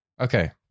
Okay